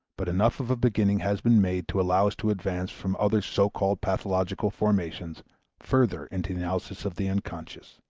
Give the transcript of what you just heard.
but enough of a beginning has been made to allow us to advance from other so-called pathological formations further into the analysis of the unconscious.